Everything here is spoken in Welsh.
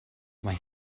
mae